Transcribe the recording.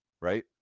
right